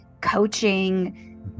coaching